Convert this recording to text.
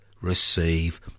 receive